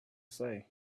say